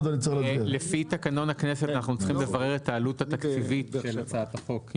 לפי תקנון הכנסת אנו צריכים לברר את העלות התקציבית של הצעת החוק.